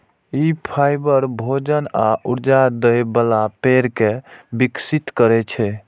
ई fibre, भोजन आ ऊर्जा दै बला पेड़ कें विकसित करै छै